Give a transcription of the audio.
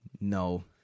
No